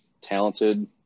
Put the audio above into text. talented